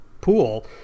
pool